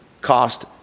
cost